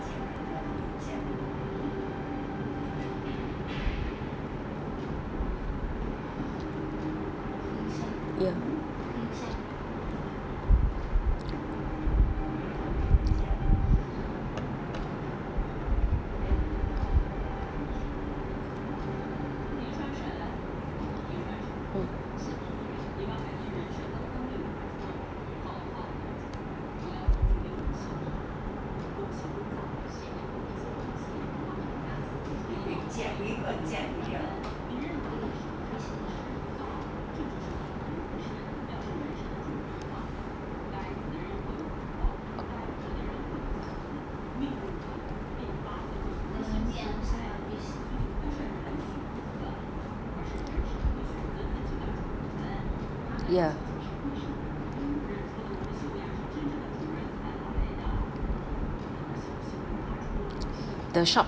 ya mm ya